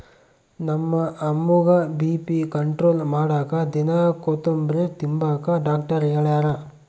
ನಮ್ಮ ಅಮ್ಮುಗ್ಗ BP control ಮಾಡಾಕ ದಿನಾ ಕೋತುಂಬ್ರೆ ತಿಂಬಾಕ ಡಾಕ್ಟರ್ ಹೆಳ್ಯಾರ